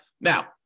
Now